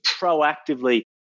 proactively